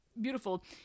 beautiful